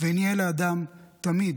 ונהיה לידם תמיד,